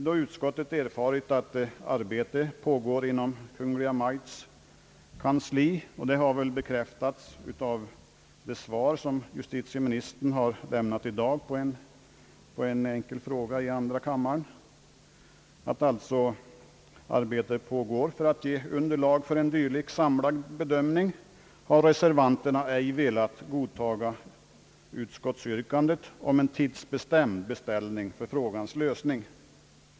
Då utskottet erfarit att arbete pågår inom Kungl. Maj:ts kansli i syfte att skapa underlag för en dylik samlad bedömning — detta har också bekräftats i ett svar på en enkel fråga, som justitieministern i dag lämnat i andra kammaren — har reservanterna ej velat godtaga utskotismajoritetens yrkande om en tidsbestämd beställning för frågans lösning.